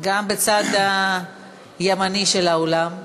גם בצד הימני של האולם,